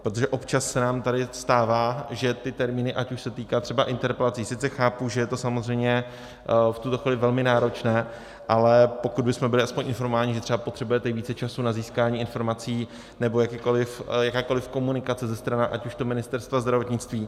Protože občas se nám tady stává, že ty termíny, ať už se to týká třeba interpelací, sice chápu, že je to samozřejmě v tuto chvíli velmi náročné, ale pokud bychom byli aspoň informováni, že třeba potřebujete více času na získání informací, nebo jakákoli komunikace ze strany ať už Ministerstva zdravotnictví.